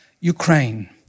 Ukraine